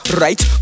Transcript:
right